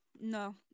no